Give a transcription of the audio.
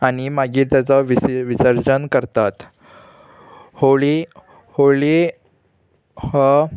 आनी मागीर तेचो विस विसर्जन करतात होळी होळी हो